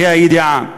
בה"א הידיעה,